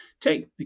take